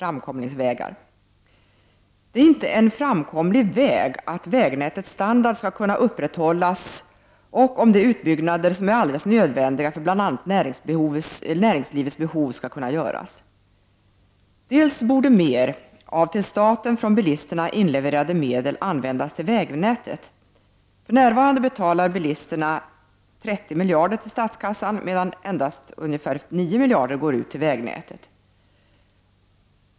Det är inte en framkomlig väg, om vägnätets standard skall kunna upprätthållas och om de utbyggnader som är alldeles nödvändiga för bl.a. näringslivets behov skall kunna göras. Mer av till staten från bilisterna inlevererade medel borde användas till vägnätet. För närvarande betalar bilisterna 30 miljarder till statskassan, medan endast ca 9 miljarder går ut till vägnätet.